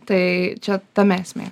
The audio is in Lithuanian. tai čia tame esmė